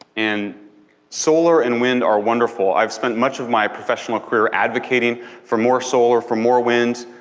and solar and wind are wonderful i've spent much of my professional career advocating for more solar, for more wind,